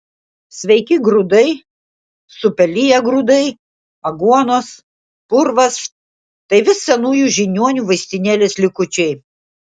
sveiki grūdai supeliję grūdai aguonos purvas tai vis senųjų žiniuonių vaistinėlės likučiai